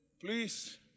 Please